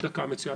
דקה, מצוין.